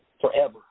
forever